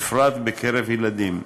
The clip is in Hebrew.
בפרט בקרב ילדים.